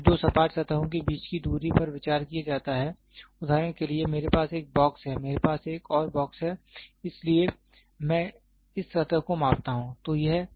जब दो सपाट सतहों के बीच की दूरी पर विचार किया जाता है उदाहरण के लिए मेरे पास एक बॉक्स है मेरे पास एक और बॉक्स है इसलिए मैं इस सतह को मापता हूं